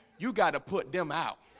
you got to put them out